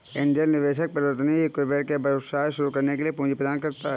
angel निवेशक परिवर्तनीय equity के बदले व्यवसाय शुरू करने के लिए पूंजी प्रदान करता है